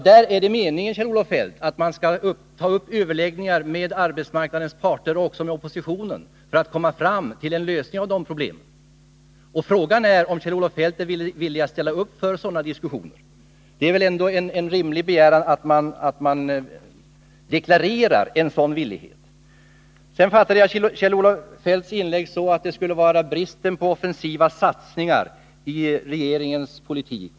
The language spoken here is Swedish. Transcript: Det är meningen, Kjell-Olof Feldt, att överläggningar skall tas upp med arbetsmarknadens parter och också med oppositionen för att man skall komma fram till en lösning av de problemen. Frågan är om Kjell-Olof Feldt är villig att medverka i sådana diskussioner. Det är väl ändå en rimlig begäran, att man från socialdemokratin deklararer en sådan villighet. Jag fattade Kjell-Olof Feldts inlägg så, att det skulle råda brist på offensiva satsningar i regeringens politik.